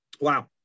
Wow